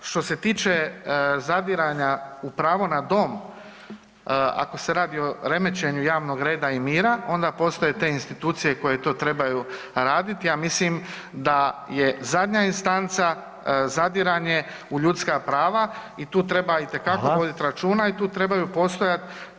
Što se tiče zadiranja u pravo na dom ako se radi o remećenju javnog reda i mira onda postoje te institucije koje to trebaju raditi, a mislim da je zadnja instanca zadiranje u ljudska prava i tu treba itekako voditi računa [[Upadica: Hvala.]] i tu trebaju postojati nadzorni mehanizmi.